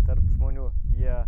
tarp žmonių jie